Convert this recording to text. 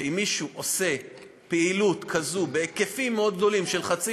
שאם מישהו עושה פעילות כזו בהיקפים מאוד גדולים של חצי